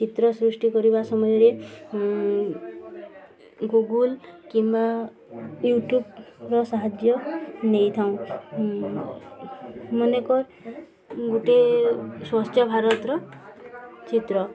ଚିତ୍ର ସୃଷ୍ଟି କରିବା ସମୟରେ ଗୁଗୁଲ କିମ୍ବା ୟୁଟ୍ୟୁବର ସାହାଯ୍ୟ ନେଇଥାଉଁ ମନେକର୍ ଗୋଟିଏ ସ୍ୱଚ୍ଛ ଭାରତର ଚିତ୍ର